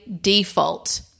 default